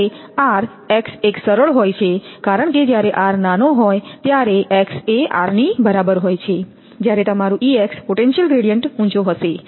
જ્યારે r x એક સરળ હોય છે કારણ કે જ્યારે r નાનો હોય ત્યારે x એ r ની બરાબર હોય છે જ્યારે તમારું પોટેન્શિયલ ગ્રેડીયન્ટ ઊંચો હશે